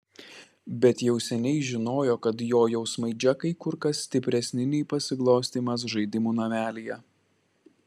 bet jau seniai žinojo kad jo jausmai džekai kur kas stipresni nei pasiglostymas žaidimų namelyje